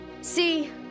See